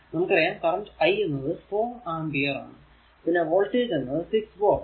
നമുക്കറിയാം current I എന്നത് 4 ampere ആണ് പിന്നെ വോൾടേജ് എന്നത് 6 വോൾട്